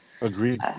Agreed